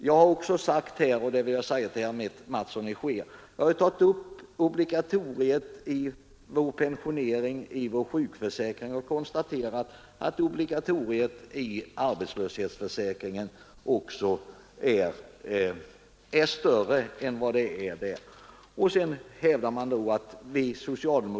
Vad obligatoriet beträffar, herr Mattsson i Skee, har jag tidigare sagt att obligatoriet i arbetslöshetsförsäkringen är större än obligatoriet i pensioneringen och sjukförsäkringen.